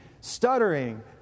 stuttering